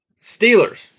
Steelers